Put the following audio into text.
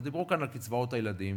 דיברו כאן על קצבאות הילדים,